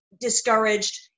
discouraged